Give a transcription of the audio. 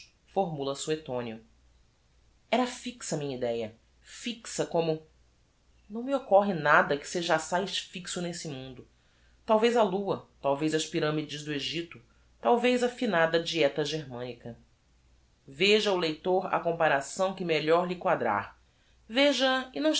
claudios formula suetonio era fixa a minha idéa fixa como não me occorre nada que seja assaz fixo nesse mundo talvez a lua talvez as pyramides do egypto talvez a finada dieta germanica veja o leitor a comparação que melhor lhe quadrar veja a e não